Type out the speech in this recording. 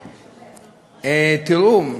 תראו,